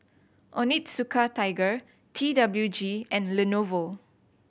Onitsuka Tiger T W G and Lenovo